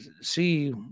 see